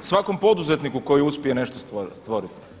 svakom poduzetniku koji uspije nešto stvoriti.